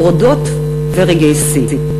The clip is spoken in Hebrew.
מורדות ורגעי שיא.